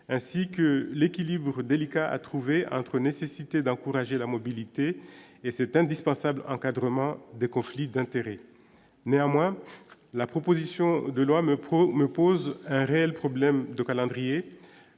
ainsi que l'équilibre délicat à trouver entre nécessité d'encourager la mobilité et c'est indispensable, encadrement des conflits d'intérêts, néanmoins, la proposition de loi me me pose un réel problème de calendrier